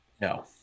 no